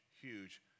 huge